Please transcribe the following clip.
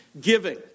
Giving